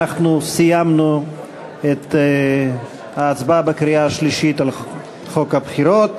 אנחנו סיימנו את ההצבעה בקריאה שלישית על חוק הבחירות.